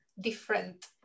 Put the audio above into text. different